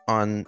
on